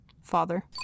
Father